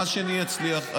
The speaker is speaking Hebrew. מה שאני אצליח,